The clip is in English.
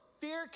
Fear